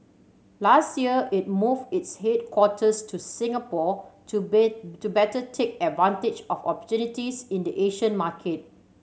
last year it move its headquarters to Singapore to bet to better take advantage of opportunities in the Asian market